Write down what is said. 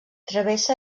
travessa